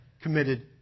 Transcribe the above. committed